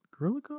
Gorilla